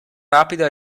rapida